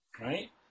right